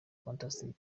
fantastic